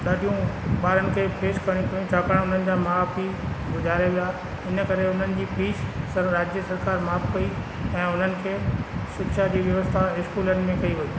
ॾाढियूं ॿारनि खे फेस करिणी पयूं छाकाणि त हुननि जा माउ पीउ गुज़ारे विया इन करे उन्हनि जी फीस सर राज्य सरकार माफ़ु कई ऐं उन्हनि खे शिक्षा जी व्यवस्था स्कूलनि में थी वई